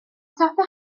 hoffech